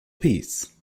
peace